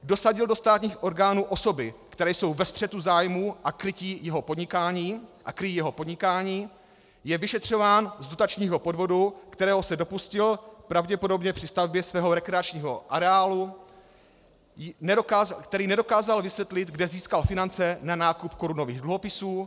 dosadil do státních orgánů osoby, které jsou ve střetu zájmů a kryjí jeho podnikání; je vyšetřován z dotačního podvodu, kterého se dopustil pravděpodobně při stavbě svého rekreačního areálu; který nedokázal vysvětlit, kde získal finance na nákup korunových dluhopisů;